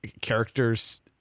characters